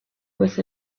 with